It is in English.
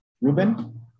Ruben